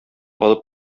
алып